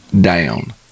down